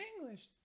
English